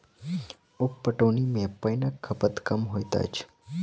उप पटौनी मे पाइनक खपत कम होइत अछि